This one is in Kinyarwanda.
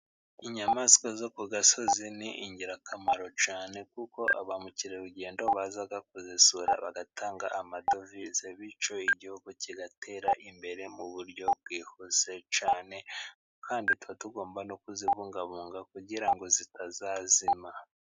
Inyamaswa zo ku gasozi ni ingirakamaro cyane kuko ba mukerarugendo baza kuzisura bagatanga amadovize, bityo igihugu kigatera imbere mu buryo bwihuse cyane, kandi tuba tugomba no kuzibungabunga kugira ngo zitazazima.